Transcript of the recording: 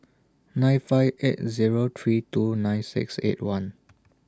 nine five eight Zero three two nine six eight one